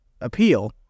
appeal